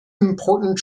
important